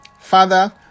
Father